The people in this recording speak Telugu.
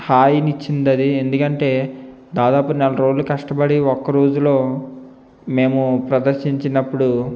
హాయినిచ్చిందది ఎందుకంటే దాదాపు నెల రోజులు కష్టపడి ఒక్క రోజులో మేము ప్రదర్శించినప్పుడు